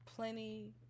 plenty